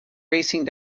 racing